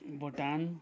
Bhutan